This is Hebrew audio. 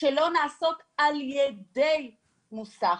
שלא נעשות על ידי מוסך.